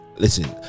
listen